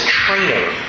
training